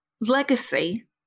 legacy